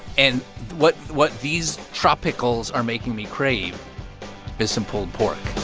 and what what these tropickles are making me crave is some pulled pork